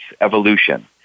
evolution